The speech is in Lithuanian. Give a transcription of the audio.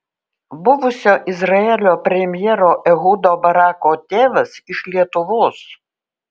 buvusio izraelio premjero ehudo barako tėvas iš lietuvos